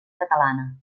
catalana